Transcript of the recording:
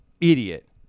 Idiot